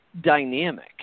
dynamic